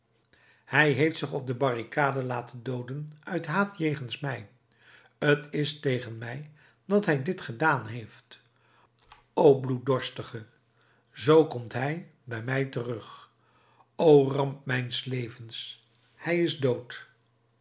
hij heeft zich op de barricade laten dooden uit haat tegen mij t is tegen mij dat hij dit gedaan heeft o bloeddorstige zoo komt hij bij mij terug o ramp mijns levens hij is dood